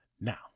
Now